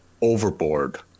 overboard